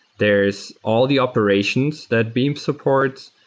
there is all the operations that beam supports,